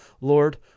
Lord